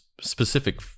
specific